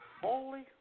holy